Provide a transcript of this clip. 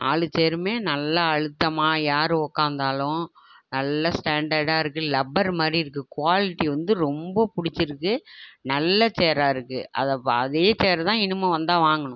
நாலு சேருமே நல்லா அழுத்தமாக யார் உட்காந்தாலும் நல்ல ஸ்டாண்டர்டாக இருக்குது லப்பர் மாதிரி இருக்குது குவாலிட்டி வந்து ரொம்ப பிடிச்சிருக்கு நல்ல சேராக இருக்குது அதை வ அதே சேரை தான் இனிமே வந்தால் வாங்கணும்